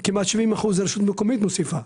זה כמעט 75% הרשות המקומית מוסיפה.